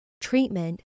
Treatment